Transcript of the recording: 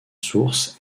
source